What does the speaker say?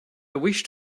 wished